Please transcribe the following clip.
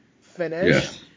finish